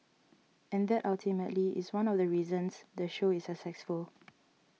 and that ultimately is one of the reasons the show is successful